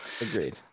agreed